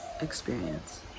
experience